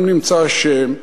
אם נמצא אשם,